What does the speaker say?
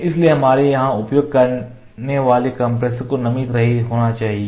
इसलिए हमारे यहां उपयोग करने वाले कंप्रेसर को नमी रहित होना होगा